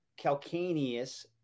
calcaneus